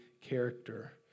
character